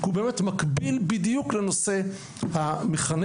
כי הוא באמת מקביל בדיוק לנושא המחנך,